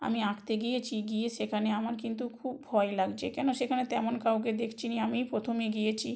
আমি আঁকতে গিয়েছি গিয়ে সেখানে আমার কিন্তু খুব ভয় লাগছে কেন সেখানে তেমন কাউকে দেখছি না আমিই প্রথমে গিয়েছি